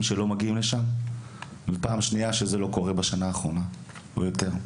שלא מגיעים לשם ושזה לא קורה בשנה האחרונה או יותר.